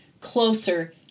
closer